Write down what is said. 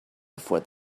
before